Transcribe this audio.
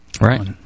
Right